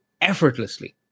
effortlessly